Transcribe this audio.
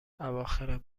اواخر